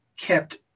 kept